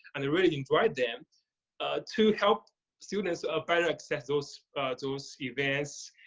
and i really enjoyed them to help students better access those those events.